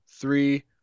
three